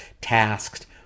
tasked